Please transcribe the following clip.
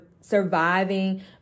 surviving